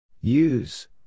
Use